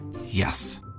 Yes